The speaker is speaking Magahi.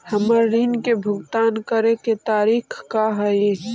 हमर ऋण के भुगतान करे के तारीख का हई?